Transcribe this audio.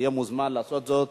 תהיה מוזמן לעשות זאת,